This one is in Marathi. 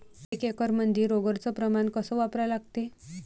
एक एकरमंदी रोगर च प्रमान कस वापरा लागते?